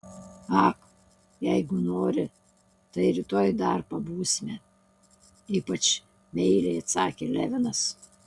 ak jeigu nori tai rytoj dar pabūsime ypač meiliai atsakė levinas